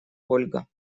ольга